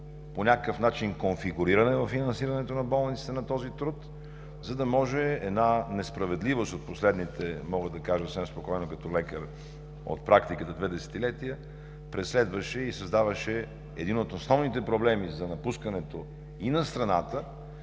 по някакъв начин конфигуриране във финансирането на болниците на този труд? Една несправедливост от последните, мога да кажа съвсем спокойно като лекар от практиката, две десетилетия преследваше и създаваше един от основните проблеми за напускането и на страната,